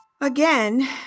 Again